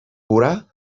vorà